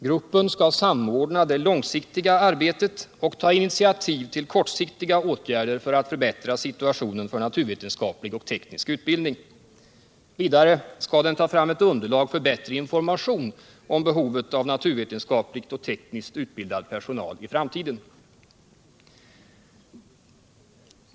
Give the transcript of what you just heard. Gruppen skall samordna det långsiktiga arbetet och ta initiativ till kortsiktiga åtgärder för att förbättra situationen för naturvetenskaplig och teknisk utbildning. Vidare skall den ta fram ett underlag för bättre information om behovet av naturvetenskapligt och tekniskt utbildad personal i framtiden.